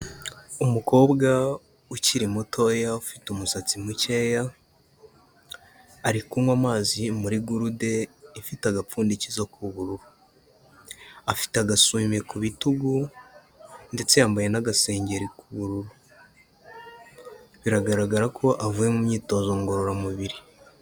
Umukobwa ukiri mutoya ufite umusatsi mukeya, ari kunywa amazi muri gurude ifite agapfundikizo k'ubururu, afite agasume ku bitugu ndetse yambaye n'asengeri k'ubururu, biragaragara ko avuye mu myitozo ngororamubiri.